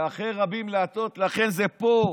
ו"אחרי רבים לְהַטֹּת" לכן זה פה.